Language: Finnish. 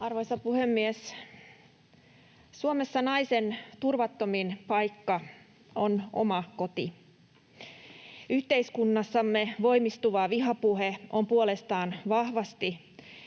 Arvoisa puhemies! Suomessa naisen turvattomin paikka on oma koti. Yhteiskunnassamme voimistuva vihapuhe on puolestaan vahvasti